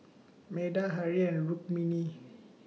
Medha Hri and Rukmini